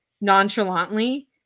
nonchalantly